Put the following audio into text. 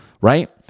right